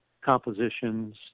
compositions